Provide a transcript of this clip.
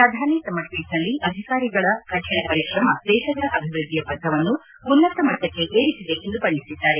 ಪ್ರಧಾನಿ ತಮ್ಮ ಟ್ವೀಟ್ನಲ್ಲಿ ಅಧಿಕಾರಿಗಳ ಕಠಿಣ ಪರಿಶ್ರಮ ದೇಶದ ಅಭಿವೃದ್ಧಿಯ ಪಥವನ್ನು ಉನ್ನತ ಮಟ್ಟಕ್ಕೆ ಏರಿಸಿದೆ ಎಂದು ಬಣ್ಣಿಸಿದ್ದಾರೆ